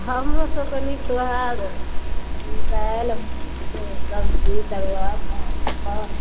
हमरो सभके नीक तऽ ओहे दालि से सब्जी तरुआ पापड़